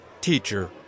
Teacher